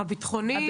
הביטחוני?